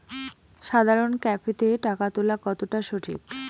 সাধারণ ক্যাফেতে টাকা তুলা কতটা সঠিক?